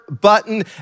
button